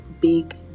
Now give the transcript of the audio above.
big